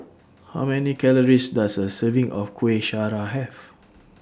How Many Calories Does A Serving of Kueh Syara Have